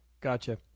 Gotcha